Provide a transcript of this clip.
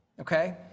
okay